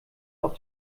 auf